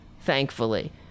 thankfully